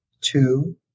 two